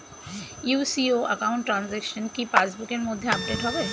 UCO account transaction কি pass বুকের মধ্যে আপডেট হবে?